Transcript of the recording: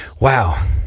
Wow